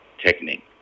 technique